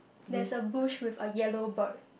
there's a bush with a yellow bird